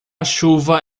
chuva